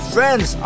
Friends